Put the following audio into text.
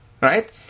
Right